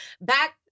Back